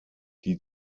die